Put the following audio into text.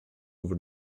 over